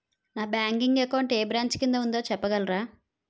నా bank account ఏ branch కిందా ఉందో చెప్పగలరా?